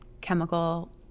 chemical